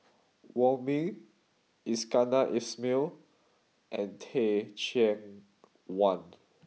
Wong Ming Iskandar Ismail and Teh Cheang Wan